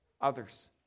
others